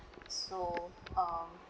so um